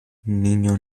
niño